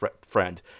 friend